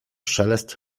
szelest